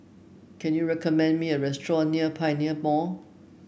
can you recommend me a restaurant near Pioneer Mall